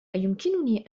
أيمكنني